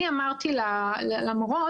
אני אמרתי למורות,